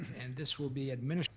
and this will be